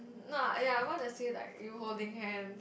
no ya I want to see like you holding hand